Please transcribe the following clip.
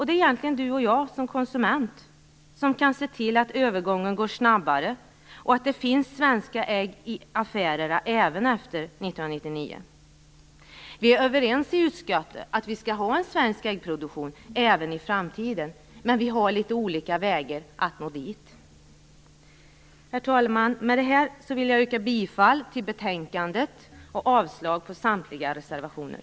Det är egentligen du och jag i vår egenskap av konsumenter som kan se till att övergången går snabbare och att det finns svenska ägg i affärerna även efter 1999. Vi är överens i utskottet att vi skall ha en svensk äggproduktion även i framtiden. Men vi ser litet olika vägar att nå fram. Herr talman! Med detta vill jag yrka bifall till utskottets hemställan och avslag på samtliga reservationer.